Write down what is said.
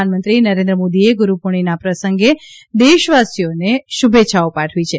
પ્રધાનમંત્રી નરેન્દ્ર મોદીએ ગુરૂ પૂર્ણિમાના પ્રસંગે દેશવાસીઓને શુભેચ્છાઓ પાઠવી છે